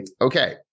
okay